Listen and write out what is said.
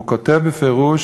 הוא כותב בפירוש